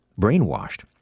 Brainwashed